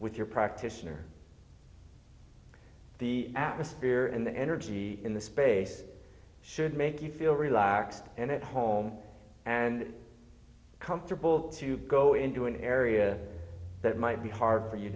with your practitioner the atmosphere in the energy in the space should make you feel relaxed and at home and comfortable to go into an area that might be hard for you